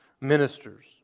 ministers